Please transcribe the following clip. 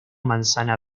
manzana